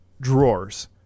drawers